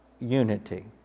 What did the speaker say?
Unity